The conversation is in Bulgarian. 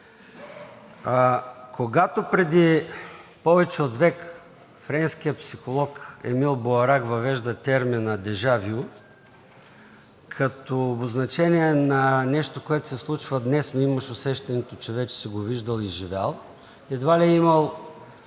Когато преди повече от век френският психолог Емил Боарак въвежда термина „дежавю“ като обозначение на нещо, което се случва днес, но имаш усещането, че вече си го виждал и живял, едва ли е имал